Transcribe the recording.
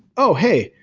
oh, hey.